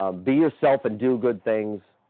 um be yourself and do good things.